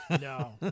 No